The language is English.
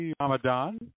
Ramadan